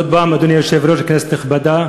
אז עוד פעם: אדוני היושב-ראש, כנסת נכבדה,